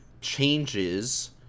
changes